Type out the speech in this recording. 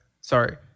sorry